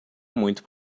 muito